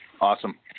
Awesome